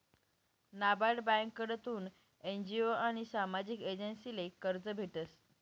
नाबार्ड ब्यांककडथून एन.जी.ओ आनी सामाजिक एजन्सीसले कर्ज भेटस